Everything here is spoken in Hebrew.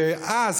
ואז,